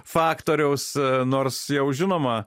faktoriaus nors jau žinoma